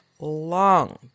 long